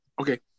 Okay